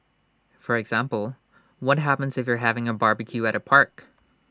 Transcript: for example what happens if you're having A barbecue at A park